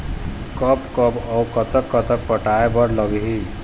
कब कब अऊ कतक कतक पटाए बर लगही